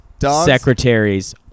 secretaries